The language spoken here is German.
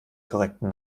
korrekten